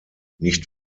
nicht